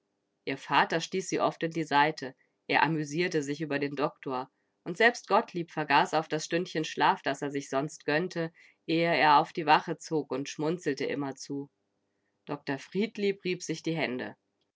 ihr vater stieß sie oft in die seite er amüsierte sich über den doktor und selbst gottlieb vergaß auf das stündchen schlaf das er sich sonst gönnte ehe er auf die wache zog und schmunzelte immerzu dr friedlieb rieb sich die hände